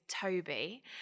Toby